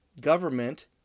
government